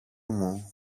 μου